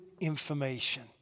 information